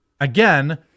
again